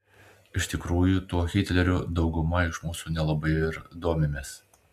iš tikrųjų tuo hitleriu dauguma iš mūsų nelabai ir domimės